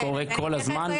זה קורה כל הזמן.